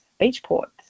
Beachport